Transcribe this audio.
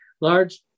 large